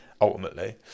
ultimately